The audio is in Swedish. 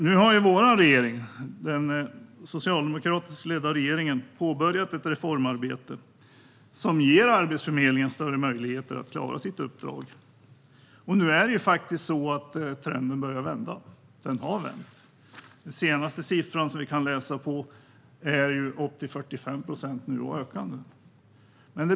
Nu har vår regering, den socialdemokratiskt ledda regeringen, påbörjat ett reformarbete som ger Arbetsförmedlingen större möjligheter att klara sitt uppdrag. Nu har trenden faktiskt vänt. Den senaste siffran är nu på 45 procent och ökande.